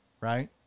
right